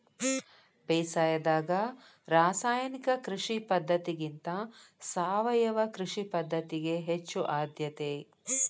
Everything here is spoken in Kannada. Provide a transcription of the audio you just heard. ಬೇಸಾಯದಾಗ ರಾಸಾಯನಿಕ ಕೃಷಿ ಪದ್ಧತಿಗಿಂತ ಸಾವಯವ ಕೃಷಿ ಪದ್ಧತಿಗೆ ಹೆಚ್ಚು ಆದ್ಯತೆ